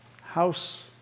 House